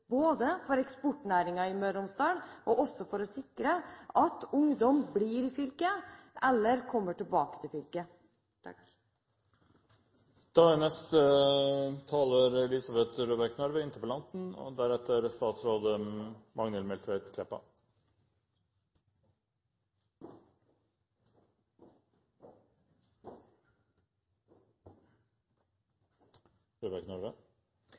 både for eksportnæringen i Møre og Romsdal og for å sikre at ungdom blir i fylket eller kommer tilbake til fylket. Først av alt må jeg få lov å takke for en fantastisk debatt og